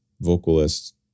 vocalist